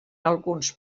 alguns